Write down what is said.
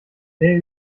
sehr